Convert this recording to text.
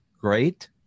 Great